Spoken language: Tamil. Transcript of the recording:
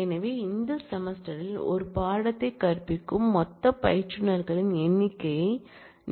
எனவே இந்த செமஸ்டரில் ஒரு பாடத்தை கற்பிக்கும் மொத்த பயிற்றுநர்களின் எண்ணிக்கையை